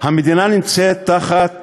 המדינה נמצאת תחת